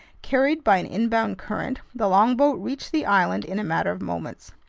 carried by an inbound current, the longboat reached the island in a matter of moments.